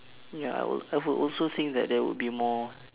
ya I would I would also think that there would be more